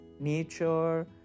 Nature